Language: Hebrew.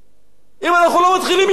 אם אנחנו לא מתחילים מפה,